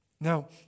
Now